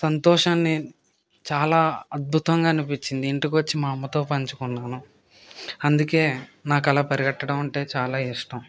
సంతోషాన్ని చాలా అద్భుతంగా అనిపించింది ఇంటికి వచ్చి మా అమ్మతో పంచుకున్నాను అందుకే నాకు అలా పరిగెట్టడం అంటే చాలా ఇష్టం